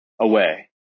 away